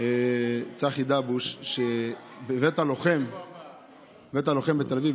צחי דבוש שבבית הלוחם בתל אביב,